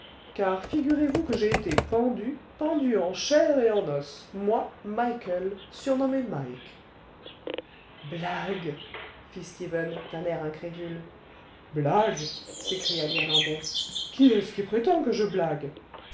car figurez-vous que j'ai été pendu pendu en chair et en os moi michael surnommé mike blague fit stephen d'un air incrédule blague s'écria l'irlandais qui est-ce qui prétend que je blague